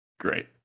great